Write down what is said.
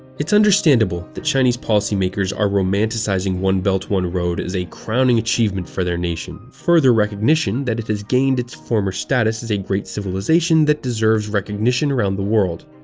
its understandable that chinese policymakers are romanticizing one belt, one road as a crowning achievement for their nation further recognition that it has regained its former status as a great civilization that deserves recognition around the world.